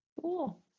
Cool